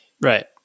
right